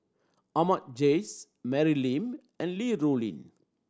Ahmad Jais Mary Lim and Li Rulin